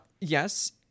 yes